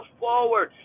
forward